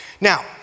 now